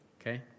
Okay